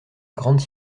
grande